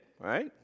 right